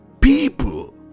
people